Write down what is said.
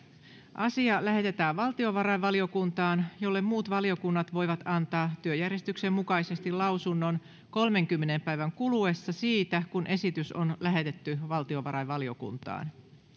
asia lähetetään valtiovarainvaliokuntaan jolle muut valiokunnat voivat antaa työjärjestyksen mukaisesti lausunnon kolmenkymmenen päivän kuluessa siitä kun esitys on lähetetty valtiovarainvaliokuntaan